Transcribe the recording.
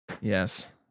Yes